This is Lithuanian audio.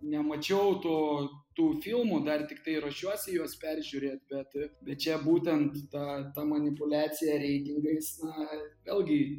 nemačiau to tų filmų dar tiktai ruošiuosi juos peržiūrėt bet bet čia būtent ta ta manipuliacija reitingais na vėlgi